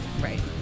Right